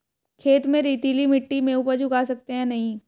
खेत में रेतीली मिटी में उपज उगा सकते हैं या नहीं?